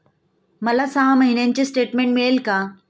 मला सहा महिन्यांचे स्टेटमेंट मिळेल का?